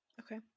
Okay